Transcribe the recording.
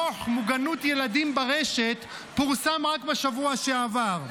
דוח מוגנות ילדים ברשת פורסם רק בשבוע שעבר.